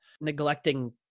neglecting